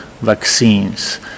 vaccines